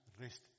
rest